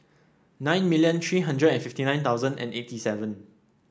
nine million three hundred and fifty nine thousand and eighty seven